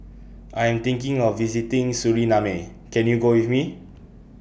I Am thinking of visiting Suriname Can YOU Go with Me